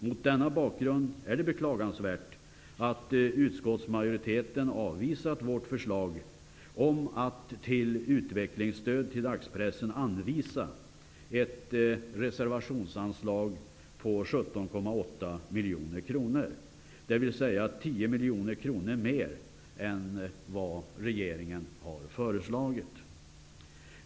Mot denna bakgrund är det beklagansvärt att utskottsmajoriteten har avvisat vårt förslag om att riksdagen skall till utvecklingsstöd till dagspressen anvisa ett reservationsanslag på 17,8 miljoner kronor, dvs. 10 miljoner kronor mer än vad regeringen har föreslagit.